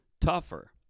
tougher